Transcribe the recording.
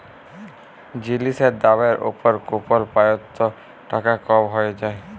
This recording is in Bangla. জিলিসের দামের উপর কুপল পাই ত টাকা কম হ্যঁয়ে যায়